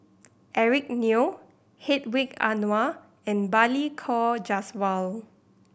Eric Neo Hedwig Anuar and Balli Kaur Jaswal